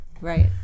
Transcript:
right